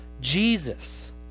Jesus